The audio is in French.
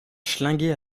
schlinguer